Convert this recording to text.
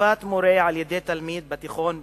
תקיפת מורה על-ידי תלמיד בתיכון בכפר-מנדא.